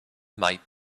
might